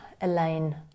Elaine